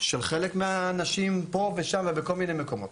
של חלק מהאנשים פה ושם ובכל מיני מקומות,